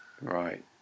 Right